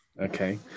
Okay